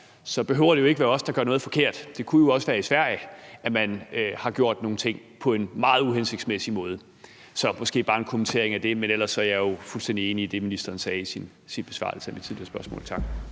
behøver det jo ikke at være os, der gør noget forkert. Det kunne jo også være i Sverige, man har gjort nogle ting på en meget uhensigtsmæssig måde. Så det er måske bare en kommentar til det, men ellers vil jeg sige, at jeg jo er fuldstændig enig i det, ministeren sagde i sin besvarelse